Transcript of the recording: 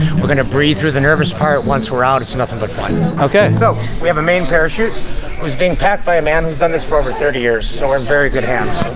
we're going to breathe through the nervous part. once we're out, it's nothing but fun, ok. so we have a main parachute. it was being packed by a man who's done this for over thirty years, so we're in very good hands.